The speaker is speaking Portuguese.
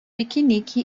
piquenique